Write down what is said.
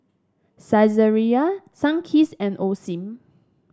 Saizeriya Sunkist and Osim